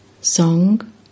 Song